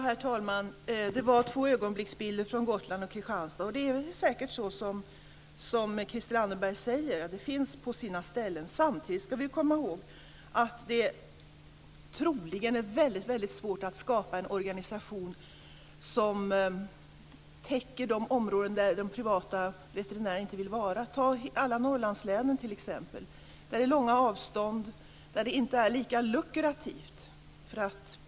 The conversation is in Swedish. Herr talman! Det var två ögonblicksbilder från Gotland och Kristianstad. Och det är säkert på sina ställen på det sätt som Christel Anderberg säger. Samtidigt ska vi komma ihåg att det troligen är väldigt svårt att skapa en organisation som täcker de områden där de privata veterinärerna inte vill vara, t.ex. alla Norrlandslänen. Där är det långa avstånd, och det är inte lika lukrativt.